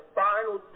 final